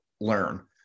learn